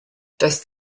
does